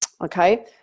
Okay